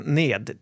ned